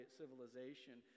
civilization